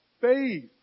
faith